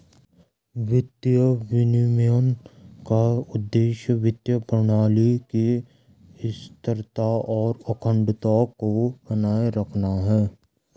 वित्तीय विनियमन का उद्देश्य वित्तीय प्रणाली की स्थिरता और अखंडता को बनाए रखना है